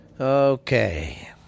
Okay